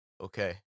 okay